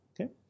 Okay